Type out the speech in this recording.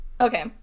okay